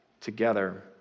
together